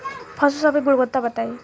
पशु सब के गुणवत्ता बताई?